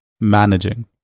managing